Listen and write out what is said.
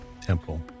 temple